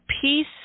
peace